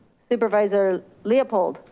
supervisor leopold?